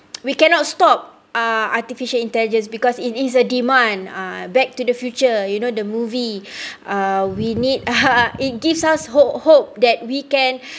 we cannot stop uh artificial intelligence because it is a demand ah back to the future you know the movie uh we need it gives us hope hope that we can